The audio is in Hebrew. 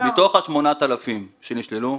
--- מתוך ה-8,000 שנשללו,